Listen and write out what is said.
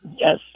Yes